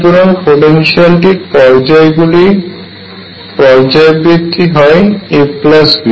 সুতরাং পোটেনশিয়ালটির পর্যায়গুলির পর্যাবৃত্তি হয় ab